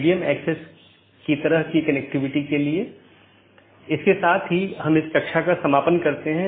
धीरे धीरे हम अन्य परतों को देखेंगे जैसे कि हम ऊपर से नीचे का दृष्टिकोण का अनुसरण कर रहे हैं